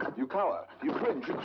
you cower, you cringe,